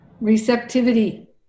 receptivity